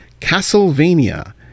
Castlevania